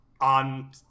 on